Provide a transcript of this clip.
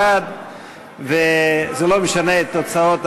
להצביע וללכת.